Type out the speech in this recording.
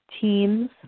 teams